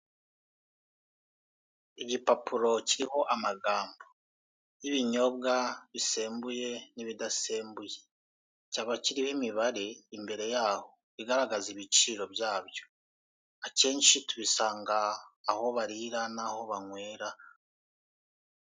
Igipapuro kirigo amagambo y'ibinyobwa bisembuye n'ibidasembuye, kikaba kiriho imibare igaragaza ibiciro byabyo, akenshi tubisanga aho banywera n'aho barira.